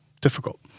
difficult